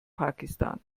pakistan